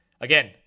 Again